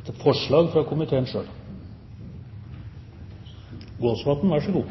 etter forslag fra komiteen. Neste taler er Jon Jæger Gåsvatn,